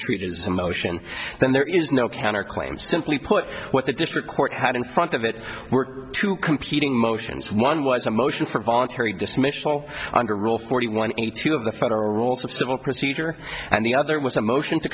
treated as a motion then there is no counter claim simply put what the district court had in front of it were two competing motions one was a motion for voluntary dismissal under rule forty one of the federal rules of civil procedure and the other was a motion to